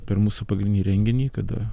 per mūsų pagrindinį renginį kada